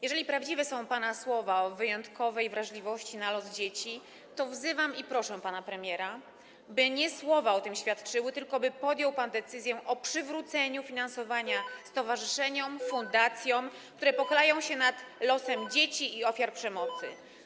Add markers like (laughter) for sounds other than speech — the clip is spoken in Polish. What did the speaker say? Jeżeli prawdziwe są pana słowa o wyjątkowej wrażliwości na los dzieci, to wzywam i proszę pana premiera, by nie słowa o tym świadczyły, tylko by podjął pan decyzję o przywróceniu finansowania (noise) stowarzyszeniom, fundacjom, które pochylają się nad losem dzieci i ofiar przemocy.